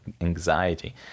anxiety